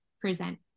present